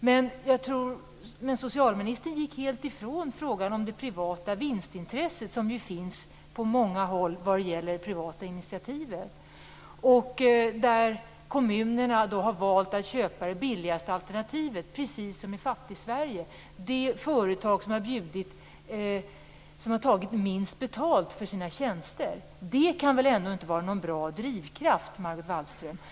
Men socialministern gick helt ifrån frågan om det privata vinstinstresset, som ju finns på många håll vad gäller de privata initiativen. Kommunerna har, precis som i Fattigsverige, valt att köpa det billigaste alternativet av de företag som har tagit minst betalt för sina tjänster. Det kan väl ändå inte vara någon bra drivkraft, Margot Wallström?